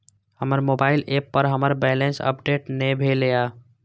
हमर mobile app पर हमर बैलेंस अपडेट ने भेल या